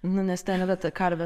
nu nes ten yra ta karvė